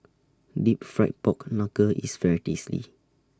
Deep Fried Pork Knuckle IS very tasty